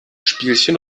spielchen